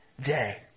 day